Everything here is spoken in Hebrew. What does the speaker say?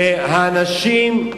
ואנשים,